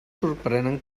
sorprenen